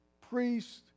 priest